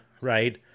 Right